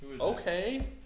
Okay